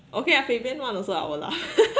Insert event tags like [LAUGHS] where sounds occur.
okay ah fabian [one] also I will laugh [LAUGHS]